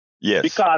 yes